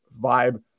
vibe